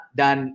dan